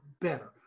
better